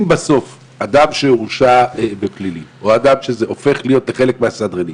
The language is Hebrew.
אם בסוף אדם שהורשע בפלילים הופך להיות חלק מהסדרנים,